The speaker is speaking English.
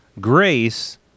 grace